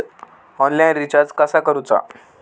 Online recharge कसा करूचा?